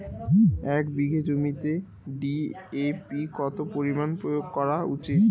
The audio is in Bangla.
এক বিঘে জমিতে ডি.এ.পি কত পরিমাণ প্রয়োগ করা উচিৎ?